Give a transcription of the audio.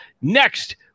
Next